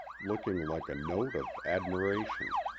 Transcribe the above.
looking like a note of admiration.